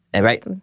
Right